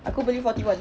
aku beli forty one